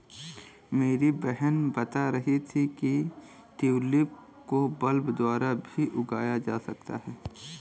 मेरी बहन बता रही थी कि ट्यूलिप को बल्ब द्वारा भी उगाया जा सकता है